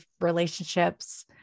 relationships